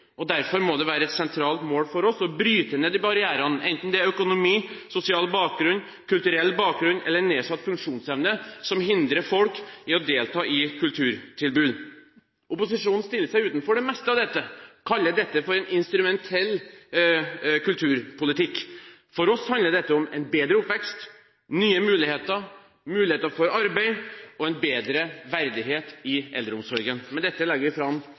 og derfor må det være et sentralt mål for oss å bryte ned de barrierene, enten det er økonomi, sosial bakgrunn, kulturell bakgrunn eller nedsatt funksjonsevne som hindrer folk i å delta i kulturtilbud. Opposisjonen stiller seg utenfor det meste av dette og kaller dette for en instrumentell kulturpolitikk. For oss handler dette om en bedre oppvekst, nye muligheter, muligheter for arbeid og en bedre verdighet i eldreomsorgen. Med dette legger vi fram